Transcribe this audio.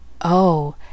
Oh